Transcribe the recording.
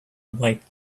wipe